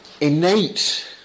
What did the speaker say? innate